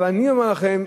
אבל אני אומר לכם,